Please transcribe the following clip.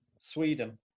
sweden